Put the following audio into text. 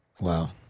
Wow